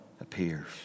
appears